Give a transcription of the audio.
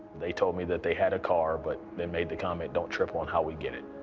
they told me that they had a car. but they made the comment, don't trip on how we get it.